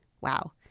Wow